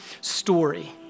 story